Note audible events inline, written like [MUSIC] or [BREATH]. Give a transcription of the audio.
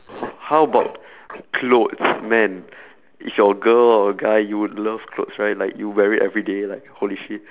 how about clothes man [BREATH] if you're a girl or a guy you would love clothes right like you wear it everyday like holy shit